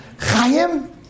Chaim